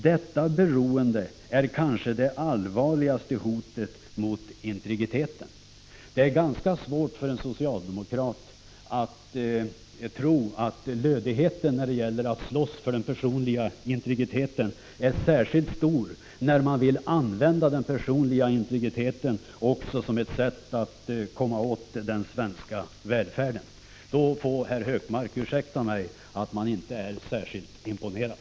Detta beroende är kanske det allvarligaste hotet mot integriteten.” Det är ganska svårt för en socialdemokrat att tro att lödigheten när det gäller att slåss för den personliga integriteten är särskilt stor när man använder den personliga integriteten också som ett sätt att komma åt den svenska välfärden. Då får herr Hökmark ursäkta mig att jag inte är särskilt imponerad!